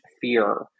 fear